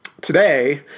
Today